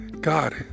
God